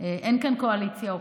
אין כאן קואליציה אופוזיציה.